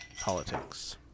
politics